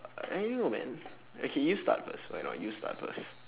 I don't know man okay you start first why not you start first